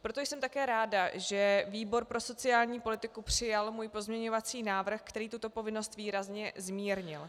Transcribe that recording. Proto jsem také ráda, že výbor pro sociální politiku přijal můj pozměňovací návrh, který tuto povinnost výrazně zmírnil.